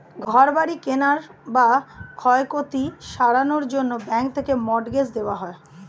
ঘর বাড়ি কেনার বা ক্ষয়ক্ষতি সারানোর জন্যে ব্যাঙ্ক থেকে মর্টগেজ দেওয়া হয়